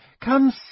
Come